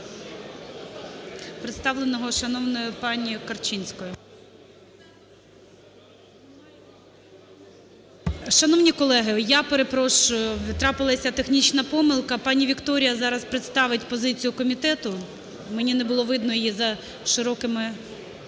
Шановні колеги, я перепрошую, трапилась технічна помилка. Пані Вікторія зараз представить позицію комітету. Мені не було видної її за широкими